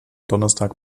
donnerstag